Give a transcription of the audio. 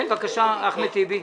בבקשה, אחמד טיבי.